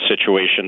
situation